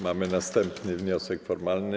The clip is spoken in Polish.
Mamy następny wniosek formalny.